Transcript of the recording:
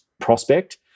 prospect